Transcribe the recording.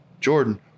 Jordan